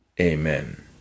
amen